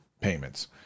payments